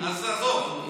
אז עזוב,